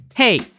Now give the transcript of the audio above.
Hey